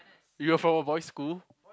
you were from a boy's school